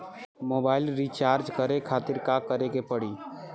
Mobile recharge करे खातिर का करे के पड़ी?